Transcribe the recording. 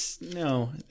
No